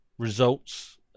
results